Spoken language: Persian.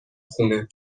خونه